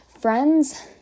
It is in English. Friends